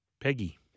Peggy